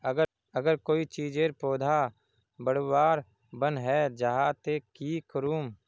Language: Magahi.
अगर कोई चीजेर पौधा बढ़वार बन है जहा ते की करूम?